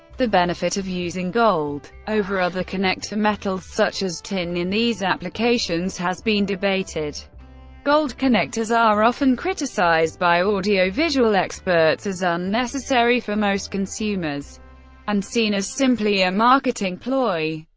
the benefit of using gold over other connector metals such as tin in these applications has been debated gold connectors are often criticized by audio-visual experts as unnecessary for most consumers and seen as simply a marketing ploy.